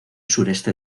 sureste